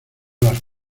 las